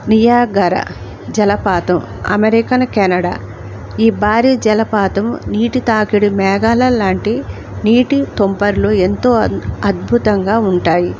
Niagara జలపాతం America Canada ఈ భారీ జలపాతం నీటి తాకిడి మేఘాల లాంటి నీటి తుంపర్లు ఎంతో అద్భుతంగా ఉంటాయి